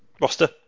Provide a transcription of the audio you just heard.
roster